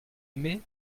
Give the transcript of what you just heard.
aimé